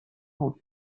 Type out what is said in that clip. out